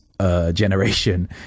generation